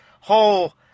whole